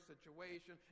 situation